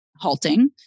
halting